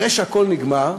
אחרי שהכול נגמר,